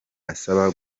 asaba